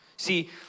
See